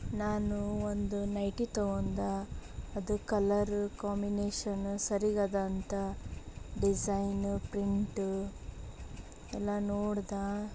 ನಾನು ಒಂದು ನೈಟಿ ತೊಗೊಂಡೆ ಅದು ಕಲರ್ ಕಾಮಿನೇಷನ್ ಸರಿಗಿದೆ ಅಂತ ಡಿಸೈನ ಪ್ರಿಂಟ ಎಲ್ಲ ನೋಡ್ದೆ